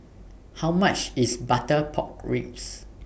How much IS Butter Pork Ribs